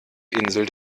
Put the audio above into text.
insel